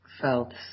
felt